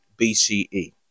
BCE